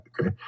Okay